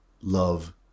love